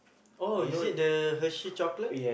oh is it the Hershey chocolate